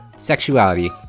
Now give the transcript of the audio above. sexuality